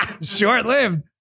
Short-lived